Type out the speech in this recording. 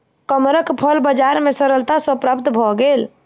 कमरख फल बजार में सरलता सॅ प्राप्त भअ गेल